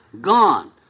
Gone